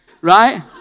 right